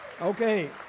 Okay